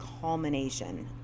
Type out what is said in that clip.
culmination